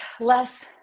less